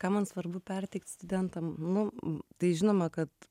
ką man svarbu perteikt studentam nu tai žinoma kad